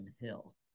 Hill